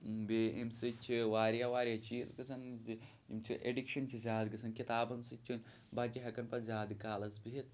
بیٚیہِ امہِ سۭتۍ چھِ واریاہ واریاہ چیٖز گژھان زِ یِم چھِ ایڈِکشَن چھِ زیادٕ گژھان کِتابَن سۭتۍ چھِنہٕ بَچہِ ہٮ۪کان پَتہٕ زیادٕ کالَس بِہِتھ